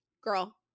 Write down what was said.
girl